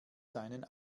seinen